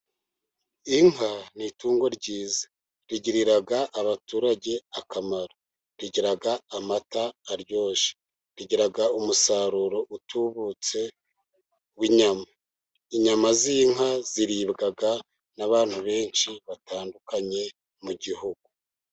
Inka ni itungo ryiza. Rigirira abaturage akamaro, rigira amata aryoshye. Rigira umusaruro utubutse w'inyama. Inyama z'inka ziribwa n'abantu benshi batandukanye mu gihugu.